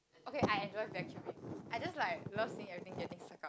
okay I enjoy vacuuming I just like love seeing everything getting suck up